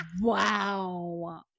Wow